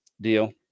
deal